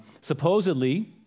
Supposedly